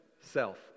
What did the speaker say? self